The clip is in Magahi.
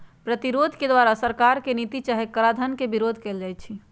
प्रतिरोध के द्वारा सरकार के नीति चाहे कराधान के विरोध कएल जाइ छइ